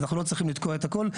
ואז אנחנו לא צריכים לתקוע את הכל.